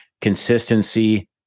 consistency